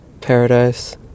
paradise